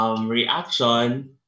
reaction